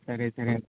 సరే సరే